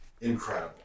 incredible